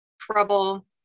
trouble